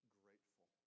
grateful